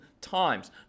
times